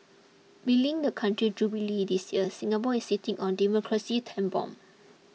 belying the country's Jubilee this year Singapore is sitting on a demographic time bomb